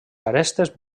arestes